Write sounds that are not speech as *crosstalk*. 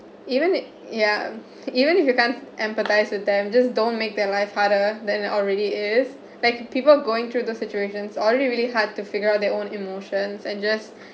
even if ya even if you can't empathize with them just don't make their life harder than it already is like people going through the situations are really really hard to figure out their own emotions and just *breath*